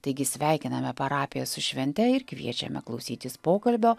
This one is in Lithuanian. taigi sveikiname parapiją su švente ir kviečiame klausytis pokalbio